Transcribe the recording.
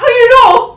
how you know